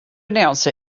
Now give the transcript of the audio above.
announce